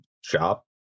shop